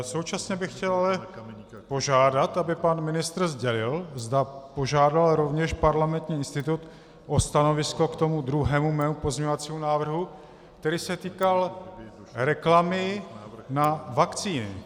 Současně bych chtěl ale požádat, aby pan ministr sdělil, zda požádal rovněž Parlamentní institut o stanovisko k tomu druhému mému pozměňovacímu návrhu, který se týkal reklamy na vakcíny.